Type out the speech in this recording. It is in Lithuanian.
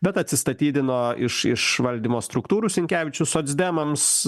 bet atsistatydino iš iš valdymo struktūrų sinkevičius socdemams